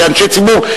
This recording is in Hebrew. כאנשי ציבור,